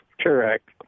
Correct